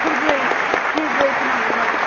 सेरब्रै सेरब्रैसो नांगौमोन